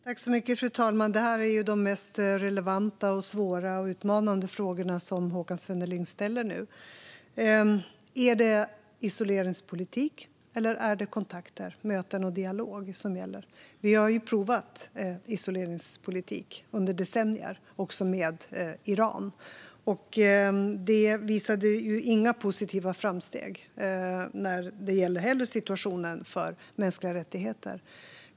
Fru talman! De frågor som Håkan Svenneling nu ställer är de mest relevanta, svåra och utmanande frågorna. Är det isoleringspolitik eller är det kontakter, möten och dialog som gäller? Vi har ju provat isoleringspolitik under decennier, också med Iran, och det har inte visat på några framsteg för situationen för mänskliga rättigheter.